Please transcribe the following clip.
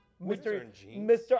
Mr